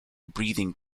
breathing